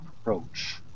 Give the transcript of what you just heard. approach